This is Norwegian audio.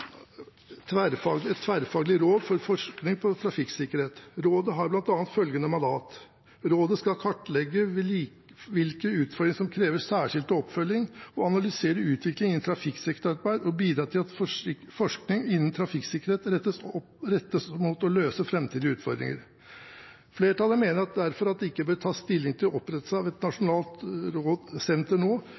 et tverrfaglig råd for forskning på trafikksikkerhet. Rådet har bl.a. følgende mandat: Rådet skal kartlegge hvilke utfordringer som krever særskilt oppfølging, og analysere utviklingen innen trafikksikkerhetsarbeid og bidra til at forskning innen trafikksikkerhetsarbeid rettes mot å løse framtidige utfordringer. Komiteen mener derfor at det ikke bør tas stilling til opprettelse av et nasjonalt senter nå,